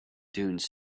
dunes